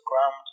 ground